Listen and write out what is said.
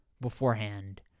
beforehand